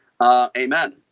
Amen